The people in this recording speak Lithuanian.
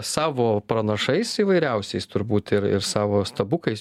savo pranašais įvairiausiais turbūt ir ir savo stabukais